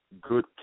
good